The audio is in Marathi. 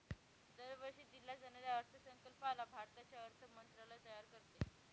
दरवर्षी दिल्या जाणाऱ्या अर्थसंकल्पाला भारताचे अर्थ मंत्रालय तयार करते